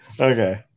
Okay